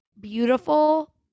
beautiful